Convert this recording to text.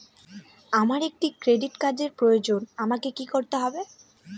আমার একটি ক্রেডিট কার্ডের প্রয়োজন আমাকে কি করতে হবে?